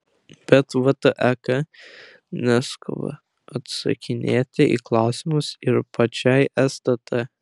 bet vtek neskuba atsakinėti į klausimus ir pačiai stt